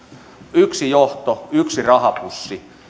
yksi johto yksi rahapussi